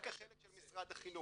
רק החלק של משרד החינוך.